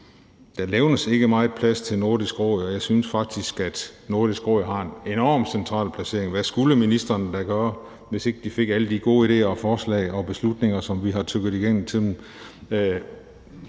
Der levnes ikke meget plads til Nordisk Råd, og jeg synes faktisk, at Nordisk Råd har en enormt central placering. Hvad skulle ministrene dog gøre, hvis ikke de fik alle de gode idéer og forslag og beslutninger, som vi har tygget igennem i tidens